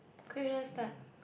quick let's start